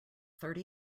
thirty